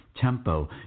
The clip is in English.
Tempo